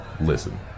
listen